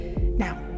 Now